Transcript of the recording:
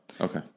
Okay